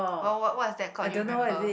what what what is that called do you remember